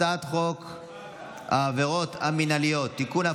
הצעת חוק העבירות המינהליות (תיקון,